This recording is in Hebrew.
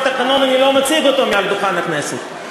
התקנון אני לא מציג אותו מעל דוכן הכנסת?